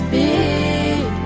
big